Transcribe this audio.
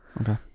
okay